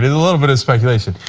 a little bit of speculation.